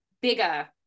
bigger